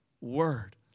word